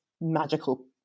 magical